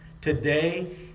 today